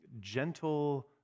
gentle